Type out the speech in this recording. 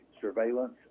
surveillance